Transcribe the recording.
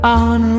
on